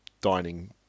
dining